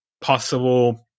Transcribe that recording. possible